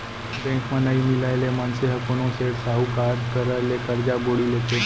bank म नइ मिलय ले मनसे ह कोनो सेठ, साहूकार करा ले करजा बोड़ी लेथे